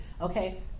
okay